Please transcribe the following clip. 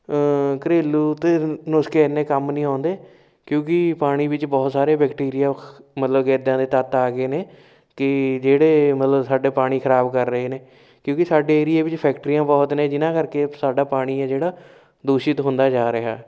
ਘਰੇਲੂ ਅਤੇ ਨੁਸਖੇ ਇੰਨੇ ਕੰਮ ਨਹੀਂ ਆਉਂਦੇ ਕਿਉਂਕਿ ਪਾਣੀ ਵਿੱਚ ਬਹੁਤ ਸਾਰੇ ਬੈਕਟੀਰੀਆ ਖ ਮਤਲਬ ਕਿ ਇੱਦਾਂ ਦੇ ਤੱਤ ਆ ਗਏ ਨੇ ਕਿ ਜਿਹੜੇ ਮਤਲਬ ਸਾਡੇ ਪਾਣੀ ਖਰਾਬ ਕਰ ਰਹੇ ਨੇ ਕਿਉਂਕਿ ਸਾਡੇ ਏਰੀਏ ਵਿੱਚ ਫੈਕਟਰੀਆਂ ਬਹੁਤ ਨੇ ਜਿਹਨਾਂ ਕਰਕੇ ਸਾਡਾ ਪਾਣੀ ਹੈ ਜਿਹੜਾ ਦੂਸ਼ਿਤ ਹੁੰਦਾ ਜਾ ਰਿਹਾ